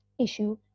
issue